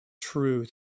truth